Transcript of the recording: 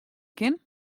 kin